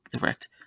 direct